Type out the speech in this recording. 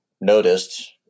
noticed